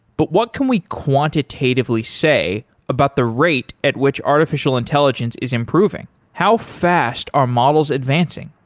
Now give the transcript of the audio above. but what can we quantitatively say about the rate at which artificial intelligence is improving? how fast are models advancing?